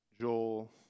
Joel